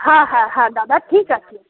হ্যাঁ হ্যাঁ হ্যাঁ দাদা ঠিক আছে